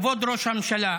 כבוד ראש הממשלה,